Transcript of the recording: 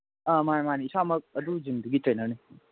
ꯑ ꯃꯥꯅꯦ ꯃꯥꯅꯦ ꯏꯁꯥꯃꯛ ꯑꯗꯨ ꯖꯤꯝꯗꯨꯒꯤ ꯇ꯭ꯔꯦꯅꯔꯅꯤ